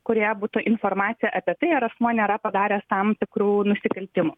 kurioje būtų informacija apie tai ar asmuo nėra padaręs tam tikrų nusikaltimų